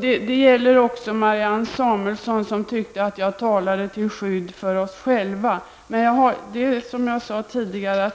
Det vill jag också ha sagt till Marianne Samuelsson, som tyckte att jag talade till skydd för oss själva.